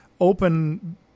open